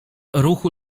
ruchu